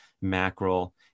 mackerel